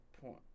point